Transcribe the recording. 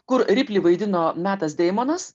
kur riplį vaidino metas deimonas